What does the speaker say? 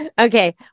Okay